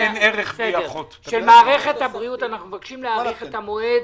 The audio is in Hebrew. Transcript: אנחנו מבקשים להאריך את המועד